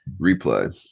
Replay